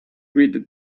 greeted